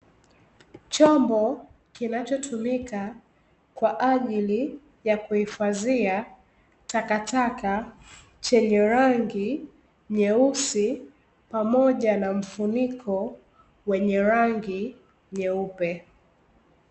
Chombo kinacho tumika kwa ajili ya kuhifadhia takataka, chenye rangi nyeusi pamoja na mfuniko wenye rangi nyeupe.